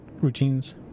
routines